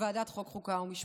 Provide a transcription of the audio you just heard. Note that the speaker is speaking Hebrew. בוועדת החוקה, חוק ומשפט.